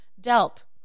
dealt